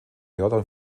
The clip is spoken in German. jordan